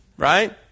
Right